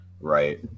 Right